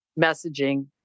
messaging